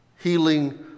healing